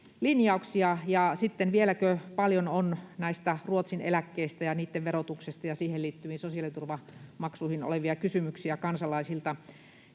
Ja sitten: vieläkö on paljon näistä Ruotsin-eläkkeistä ja niitten verotuksesta ja niihin liittyvistä sosiaaliturvamaksuista olevia kysymyksiä kansalaisilta?